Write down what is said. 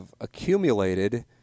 accumulated